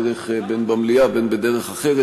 בין במליאה בין בדרך אחרת,